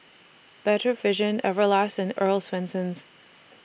Better Vision Everlast and Earl's Swensens